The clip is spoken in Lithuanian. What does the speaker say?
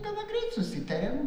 gana greit susitarėm